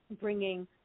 bringing